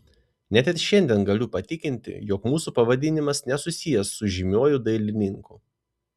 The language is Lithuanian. net ir šiandien galiu patikinti jog mūsų pavadinimas nesusijęs su žymiuoju dailininku